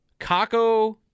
Kako